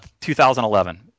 2011